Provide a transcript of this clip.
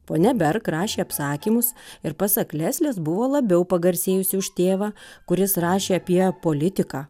ponia berk rašė apsakymus ir pasak leslės buvo labiau pagarsėjusi už tėvą kuris rašė apie politiką